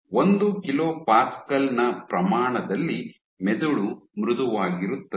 ಒಂದು kilo pascal ನ ಪ್ರಮಾಣದಲ್ಲಿ ಮೆದುಳು ಮೃದುವಾಗಿರುತ್ತದೆ